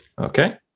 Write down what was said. Okay